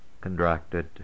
contracted